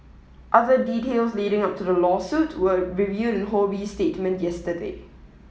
other details leading up to the lawsuit were revealed in Ho Bee's statement yesterday